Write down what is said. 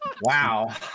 Wow